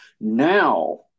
Now